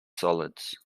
solids